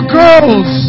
girls